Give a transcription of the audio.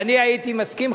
ואני הייתי מסכים,